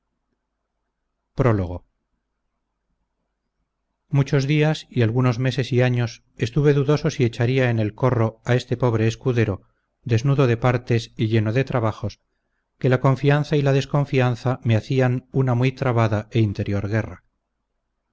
muchos días y algunos meses y años estuve dudoso si echaría en el corro a este pobre escudero desnudo de partes y lleno de trabajos que la confianza y la desconfianza me hacían una muy trabada e interior guerra